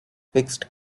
twixt